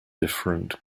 different